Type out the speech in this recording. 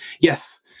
yes